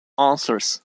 answers